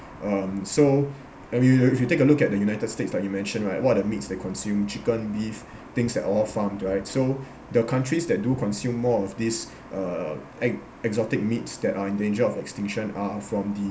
um so if you if you take a look at the united states like you mentioned right what are the meats they consumed chicken beef things they all farmed right so the countries that do consume more of this uh ex~ exotic meats that are in danger of extinction are from the